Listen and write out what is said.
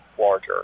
larger